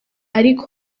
ari